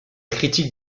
critique